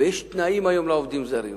ויש תנאים היום לעובדים זרים.